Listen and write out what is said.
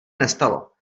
nestalo